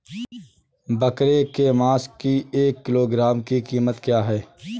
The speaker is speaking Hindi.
बकरे के मांस की एक किलोग्राम की कीमत क्या है?